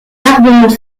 armements